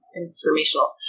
informational